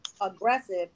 aggressive